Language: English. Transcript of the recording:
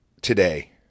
today